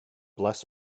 bless